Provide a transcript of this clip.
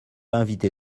inviter